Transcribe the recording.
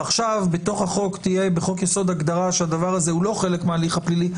ועכשיו בתוך חוק-היסוד תהיה הגדרה שהדבר הזה הוא לא חלק מההליך הפלילי,